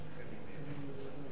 תעשה זאת בשקט.